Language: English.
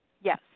Yes